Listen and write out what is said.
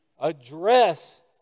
address